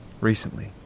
Recently